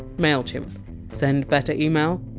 mailchimp send better email,